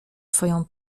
twoją